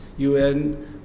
UN